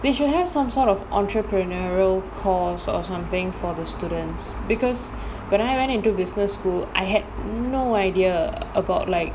they should have some sort of entrepreneurial course or something for the students because when I went into business school I had no idea about like